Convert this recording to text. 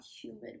humid